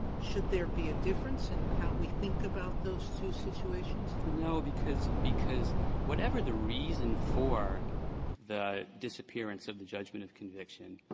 should there be a difference in how we think about those two situations? banner no, because because whatever the reason for the disappearance of the judgment of conviction,